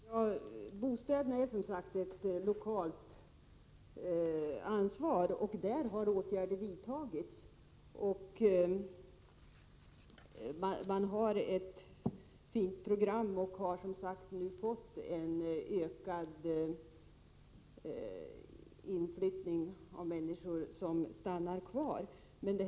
Herr talman! Bostäderna är som sagt ett lokalt ansvar. Där har åtgärder vidtagits. Man har ett fint program och har nu fått en ökad inflyttning av människor som vill stanna kvar.